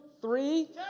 three